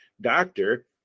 doctor